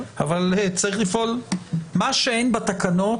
מה שאין בתקנות,